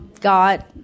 God